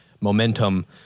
momentum